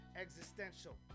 Existential